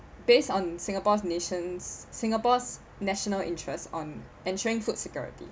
based on singapore's nations singapore's national interests on ensuring food security